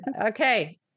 Okay